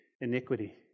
Iniquity